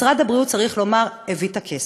משרד הבריאות, צריך לומר, הביא את הכסף,